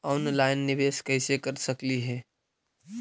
Online निबेस कैसे कर सकली हे?